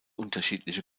unterschiedliche